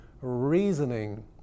reasoning